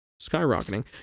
skyrocketing